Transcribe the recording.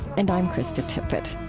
and i'm krista tippett